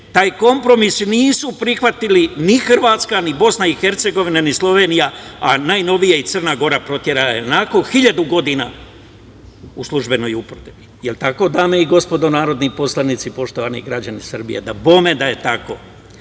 Taj kompromis nisu prihvatili ni Hrvatska, ni Bosna i Hercegovina, ni Slovenija, a najnovije i Crna Gora nakon hiljadu godina u službenoj upotrebi. Je li tako dame i gospodo narodni poslanici, poštovani građani Srbije? Dabome da je